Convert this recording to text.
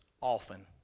often